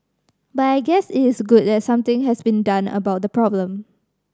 but I guess it is good that something has been done about the problem